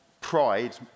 pride